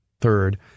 Third